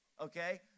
okay